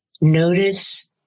Notice